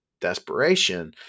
desperation